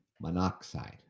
monoxide